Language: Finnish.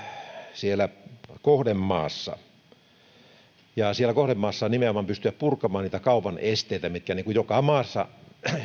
kohdemaassa ja siellä kohdemaassa nimenomaan pystyä purkamaan niitä kaupan esteitä mitkä joka maassa